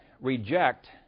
reject